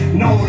no